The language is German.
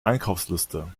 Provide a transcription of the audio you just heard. einkaufsliste